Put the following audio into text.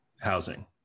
housing